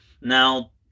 Now